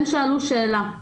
אני